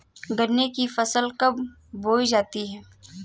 गन्ने की फसल कब बोई जाती है?